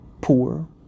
poor